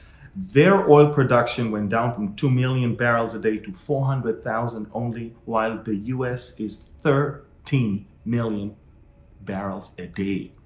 their oil production went down from two million barrels a day to four hundred thousand only, while the us is thirteen million barrels a day,